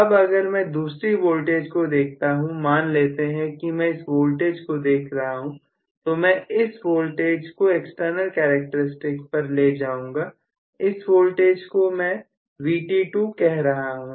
अब अगर मैं दूसरी वोल्टेज को देखता हूं मान लेते हैं मैं इस वोल्टेज को देख रहा हूं तो मैं इस वोल्टेज को एक्सटर्नल कैरेक्टर स्टिक्स पर ले जाऊंगा इस वोल्टेज को मैं Vt2 कह रहा हूं